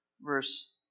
verse